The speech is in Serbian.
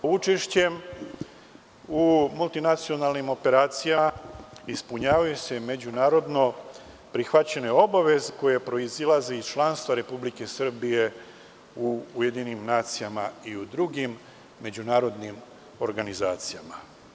Učešćem u multinacionalnim operacijama ispunjavaju se međunarodno prihvaćene obaveze koje proizilaze iz članstva Republike Srbije u UN i u drugim međunarodnim organizacijama.